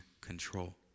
control